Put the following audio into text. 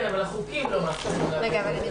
כן, אבל החוקים לא מאפשרים להביא אותם לדין.